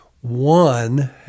one